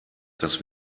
dass